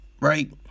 right